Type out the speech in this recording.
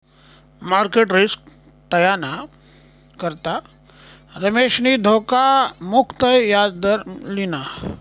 market risk टायाना करता रमेशनी धोखा मुक्त याजदर लिना